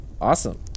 awesome